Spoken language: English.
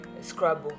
Scrabble